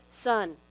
son